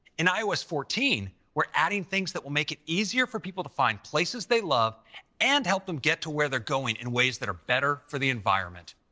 in ios fourteen, we're adding things that will make it easier for people to find places they love and help them get to where they're going in ways that are better for the environment.